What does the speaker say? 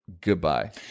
goodbye